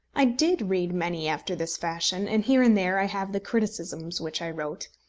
i did read many after this fashion and here and there i have the criticisms which i wrote.